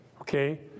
Okay